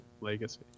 legacy